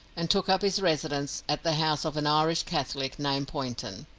and took up his residence at the house of an irish catholic named poynton,